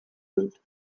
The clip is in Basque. dut